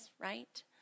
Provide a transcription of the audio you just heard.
right